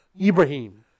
Ibrahim